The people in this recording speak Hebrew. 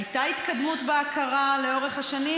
הייתה התקדמות בהכרה לאורך השנים.